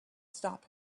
stop